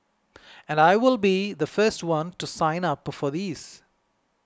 and I will be the first one to sign up for these